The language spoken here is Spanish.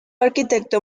arquitecto